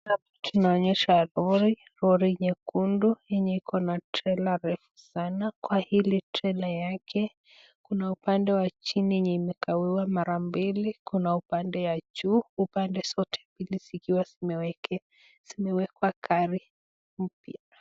Hapa tunaonyeshwa lori. Lori nyekundu yenye iko na trela refu sana, kwa hili trela yake kuna upande wa chini yenye imegawiwa mara mbili. Kuna upande ya juu, upande zote mbili zikiwa zimewekwa gari mpya.